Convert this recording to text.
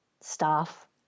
staff